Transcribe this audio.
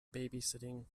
babysitting